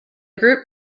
group